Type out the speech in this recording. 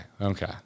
Okay